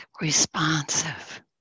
responsive